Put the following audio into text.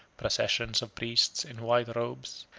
processions of priests in white robes,